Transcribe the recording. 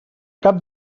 cap